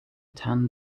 tan